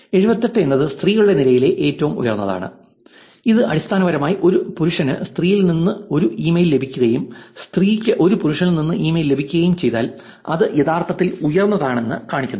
78 എന്നത് സ്ത്രീകളുടെ നിരയിലെ ഏറ്റവും ഉയർന്നതാണ് ഇത് അടിസ്ഥാനപരമായി ഒരു പുരുഷന് സ്ത്രീയിൽ നിന്ന് ഒരു ഇമെയിൽ ലഭിക്കുകയും സ്ത്രീക്ക് ഒരു പുരുഷനിൽ നിന്ന് ഇമെയിൽ ലഭിക്കുകയും ചെയ്താൽ അത് യഥാർത്ഥത്തിൽ ഉയർന്നതാണെന്ന് കാണിക്കുന്നു